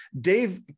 Dave